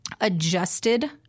adjusted